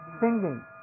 singing